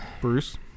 Bruce